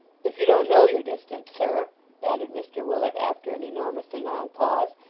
if you don't know your distance, sir added mr willet, after an enormously long pause,